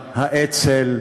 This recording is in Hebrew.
האצ"ל,